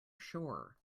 shore